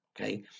Okay